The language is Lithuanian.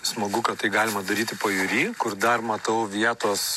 smagu kad tai galima daryti pajūry kur dar matau vietos